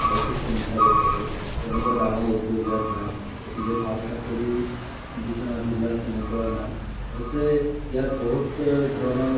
assistant হিচাপে থাকে তেনেকুৱা ডাঙৰ উদ্য়োগ ইয়াত নাই গতিকে ভাল চাকৰি বিশ্বনাথ জিলাত তেনেকুৱা নাই অৱশ্য়ে ইয়াত বহুত ধৰণৰ